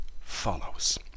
follows